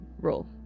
roll